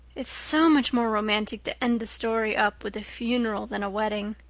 it's so much more romantic to end a story up with a funeral than a wedding.